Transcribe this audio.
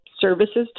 services